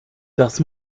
das